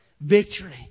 Victory